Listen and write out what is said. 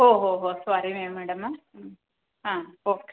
ಓಹೊ ಹೊ ಸ್ವಾರಿ ರಿ ಮೇಡಂ ಹ್ಞೂ ಹಾಂ ಓಕೆ